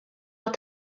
għat